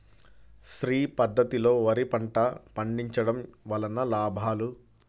శ్రీ పద్ధతిలో వరి పంట పండించడం వలన లాభాలు?